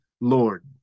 Lord